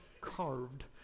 carved